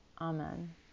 Amen